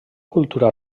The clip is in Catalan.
cultura